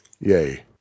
Yay